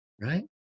right